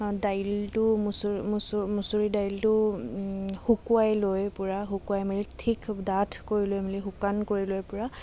দাইলটো মুচু মুচু মুচুৰি দাইলটো শুকুৱাই লৈ পোৰা শুকুৱাই মেলি ঠিক ডাঠ কৰি লৈ মেলি শুকান কৰি লৈ পূৰা